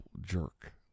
jerk